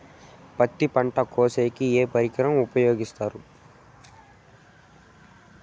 పత్తి పంట కోసేకి ఏ పరికరం ఉపయోగిస్తారు?